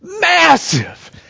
massive